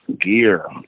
gear